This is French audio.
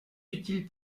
utiles